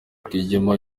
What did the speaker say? rwigema